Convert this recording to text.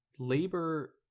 labor